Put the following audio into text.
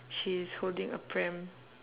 she's holding a pram